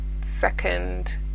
second